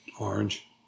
Orange